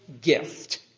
gift